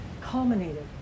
culminated